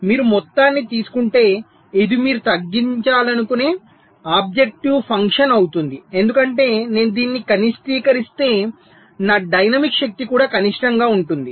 మీరు మొత్తాన్ని తీసుకుంటే ఇది మీరు తగ్గించాలనుకునే ఆబ్జెక్టివ్ ఫంక్షన్ అవుతుంది ఎందుకంటే నేను దీన్ని కనిష్టీకరిస్తే నా డైనమిక్ శక్తి కూడా కనిష్టంగా ఉంటుంది